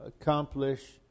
accomplish